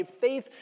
faith